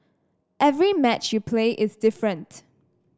every match you play is different